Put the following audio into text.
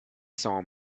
saw